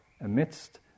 amidst